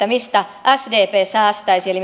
mistä sdp säästäisi eli